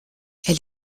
elle